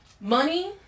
Money